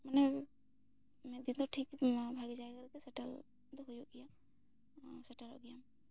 ᱢᱟᱱᱮ ᱢᱮᱱᱛᱮ ᱫᱚ ᱴᱷᱤᱠ ᱱᱚᱣᱟᱵᱷᱟᱜᱮ ᱡᱟᱭᱜᱟ ᱨᱮ ᱥᱮᱴᱮᱨ ᱫᱚ ᱦᱩᱭᱩᱜ ᱜᱮᱭᱟ ᱥᱮᱴᱮᱞᱚᱜ ᱜᱮᱭᱟ